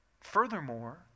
furthermore